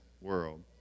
world